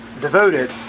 devoted